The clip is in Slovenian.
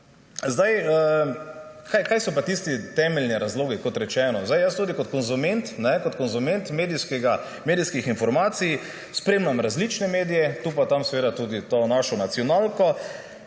Kaj so pa tisti temeljni razlogi, kot rečeno? Zdaj jaz tudi kot konzument medijskih informacij spremljam različne medije, tu pa tam seveda tudi to našo nacionalko.